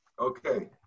okay